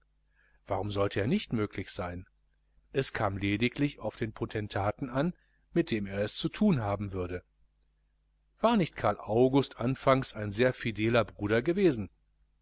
warum sollte es nicht möglich sein es kam lediglich auf den potentaten an mit dem er es zu thun haben würde war nicht karl august anfangs ein sehr fideler bruder gewesen